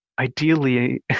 ideally